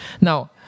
Now